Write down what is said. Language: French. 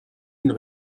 une